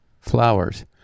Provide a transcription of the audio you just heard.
flowers